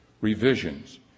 revisions